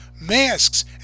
masks